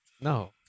No